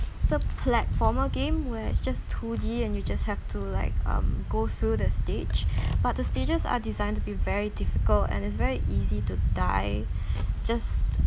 the platformer game where it's just two D and you just have to like um go through the stage but the stages are designed to be very difficult and it's very easy to die just